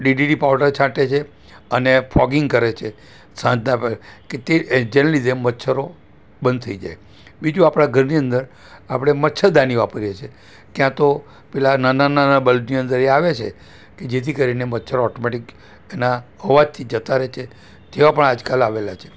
DDT powder છાંટે છે અને ફોગિંગ કરે છે સાંજના ભાગે કે તે જેને લીધે મચ્છરો બંધ થઈ જાય બીજું આપણાં ઘરની અંદર આપણે મચ્છરદાની વાપરીએ છીએ ક્યાં તો પહેલાં નાના નાના બલ્બની અંદર એ આવે છે કે જેથી કરીને મચ્છરો ઓટોમેટિક તેના અવાજથી જતાં રહે છે તેવાં પણ આજકાલ આવેલાં છે